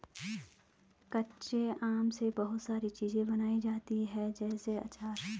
कच्चे आम से बहुत सारी चीज़ें बनाई जाती है जैसे आचार